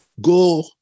go